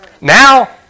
Now